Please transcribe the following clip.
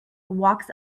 walks